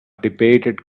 debated